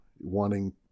wanting